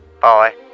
Bye